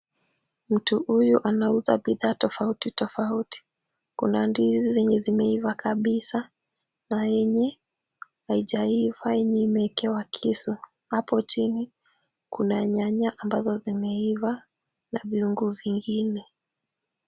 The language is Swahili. Mtu huyu anauza bidhaa tofauti tofauti. Kuna ndizi zenye zimeiva kabisa na yenye haijaiva yenye imewekewa kisu. Hapo chini, kuna nyanya ambazo zimeiva na viungo vingine.